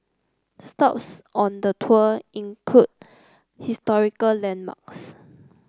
stops on the tour include historical landmarks